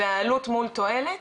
והעלות מול תועלת,